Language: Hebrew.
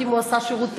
אם הוא עשה שירות תקין.